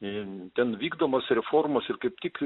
į ten vykdomos reformos ir kaip tik